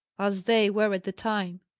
as they were at the time.